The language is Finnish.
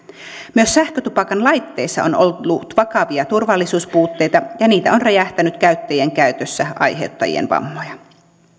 sähkötupakan laitteissa on myös ollut vakavia turvallisuuspuutteita ja niitä on räjähtänyt käyttäjien käytössä aiheuttaen vammoja